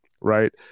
right